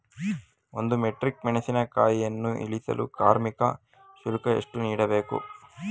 ಒಂದು ಮೆಟ್ರಿಕ್ ಮೆಣಸಿನಕಾಯಿಯನ್ನು ಇಳಿಸಲು ಕಾರ್ಮಿಕ ಶುಲ್ಕ ಎಷ್ಟು ನೀಡಬೇಕು?